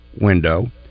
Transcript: window